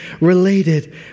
related